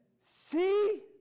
See